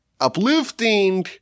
uplifting